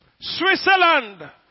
Switzerland